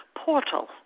portal